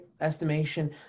estimation